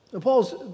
Paul's